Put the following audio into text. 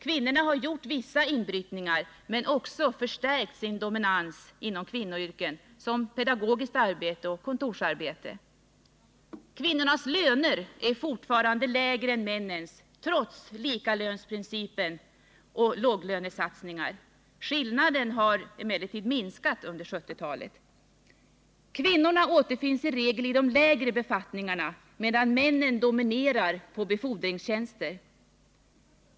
Kvinnorna har gjort vissa inbrytningar men också förstärkt sin dominans inom sådana kvinnoyrken som pedagogiskt arbete och kontorsarbete. Kvinnornas löner är fortfarande lägre än männens trots likalönsprincipen och låglönesatsningar. Skillnaden har emellertid minskat under 1970-talet. Kvinnorna återfinns i regel i de lägre befattningarna, medan männen dominerar på befordringstjänster.